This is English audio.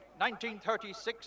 1936